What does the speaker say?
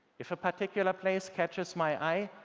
if a particular place catches my eye,